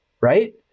right